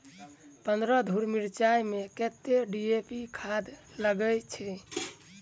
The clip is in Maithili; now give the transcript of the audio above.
पन्द्रह धूर मिर्चाई मे कत्ते डी.ए.पी खाद लगय छै?